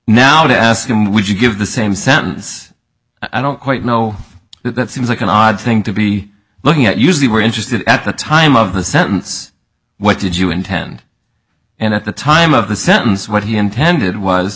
to ask him would you give the same sentence i don't quite know but that seems like an odd thing to be looking at usually we're interested at the time of the sentence what did you intend and at the time of the sentence what he intended was